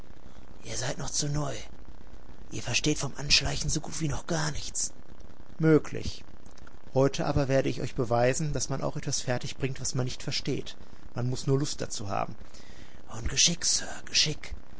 ihr seid noch zu neu ihr versteht vom anschleichen so gut wie noch gar nichts möglich heute aber werde ich euch beweisen daß man auch etwas fertig bringt was man nicht versteht man muß nur lust dazu haben und geschick sir geschick